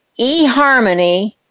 eHarmony